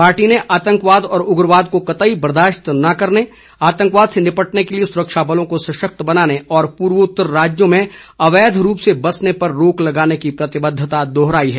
party ने आतंकवाद और उग्रवाद को कतई बर्दाशत न करने आतंकवाद से निपटने के लिए सुरक्षा बलो को सशक्त बनाने और पूर्वोत्तर राज्यों में अवैध रूप से बसने पर रोक लगाने की प्रतिबद्धता दोहराई है